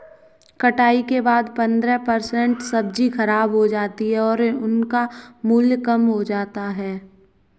कटाई के बाद पंद्रह परसेंट सब्जी खराब हो जाती है और उनका मूल्य कम हो जाता है